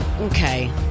okay